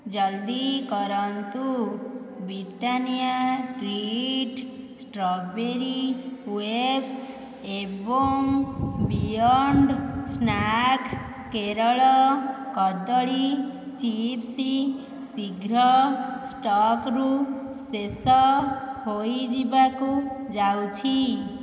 ଜଲ୍ଦି କରନ୍ତୁ Britannia treat strawberry wafers ଏବଂ ବିୟଣ୍ଡ ସ୍ନାକ କେରଳ କଦଳୀ ଚିପ୍ସ ଶୀଘ୍ର ଷ୍ଟକ୍ରୁ ଶେଷ ହୋଇଯିବାକୁ ଯାଉଛି